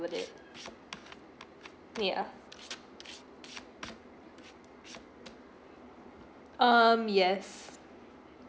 over it ya um yes